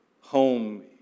Home